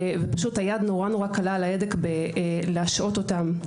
היד נורא קלה על ההדק בלהשעות אותם